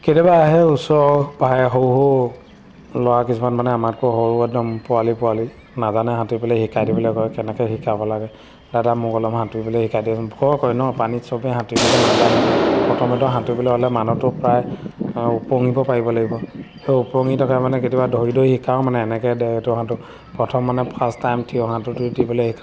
কেতিয়াবা আহে ওচৰৰ ভাই সৰু সৰু ল'ৰা কিছুমান মানে আমাতকৈ সৰু একদম পোৱালি পোৱালি নাজানে সাঁতুৰি পেলাই শিকাই দিবলৈ কয় কেনেকৈ শিকাব লাগে দাদা মোক অলমান সাঁতুৰিবলৈ শিকাই দেচোন ভয় কৰে ন পানীত চবেই সাঁতুৰিবলৈ নাজানে প্ৰথমেতো সাঁতুৰিবলৈ হ'লে মানুহটো প্ৰায় উপঙিব পাৰিব লাগিব সেই উপঙি থকা মানে কেতিয়াবা ধৰি ধৰি শিকাওঁ মানে এনেকৈ দে এইটো সাঁতোৰ প্ৰথম মানে ফাৰ্ষ্ট টাইম থিয় সাঁতোৰটো দিবলৈ শিকাওঁ